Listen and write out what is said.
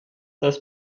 des